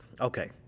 Okay